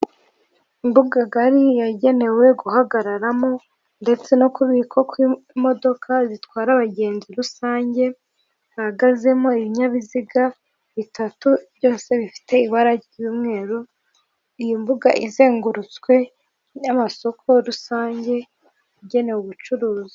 Imbuga ngari yagenewe guhagararamo ndetse no kubikwa kw'imodoka zitwara abagenzi rusange hahagazemo ibinyabiziga bitatu byose bifite ibara ry'umweru iyo mbuga izengurutswe amasoko rusange agenewe ubucuruzi.